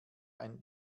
ein